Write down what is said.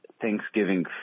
Thanksgiving